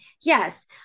yes